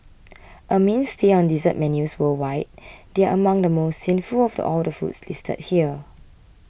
a mainstay on dessert menus worldwide they are among the most sinful of all the foods listed here